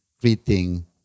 greeting